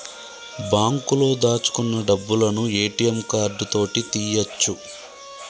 బాంకులో దాచుకున్న డబ్బులను ఏ.టి.యం కార్డు తోటి తీయ్యొచు